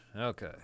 okay